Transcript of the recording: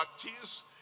practice